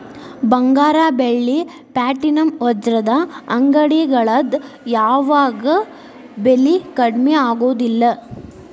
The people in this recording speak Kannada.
ಬಂಗಾರ ಬೆಳ್ಳಿ ಪ್ಲಾಟಿನಂ ವಜ್ರದ ಅಂಗಡಿಗಳದ್ ಯಾವಾಗೂ ಬೆಲಿ ಕಡ್ಮಿ ಆಗುದಿಲ್ಲ